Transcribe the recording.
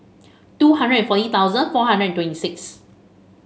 two hundred and forty thousand four hundred and twenty six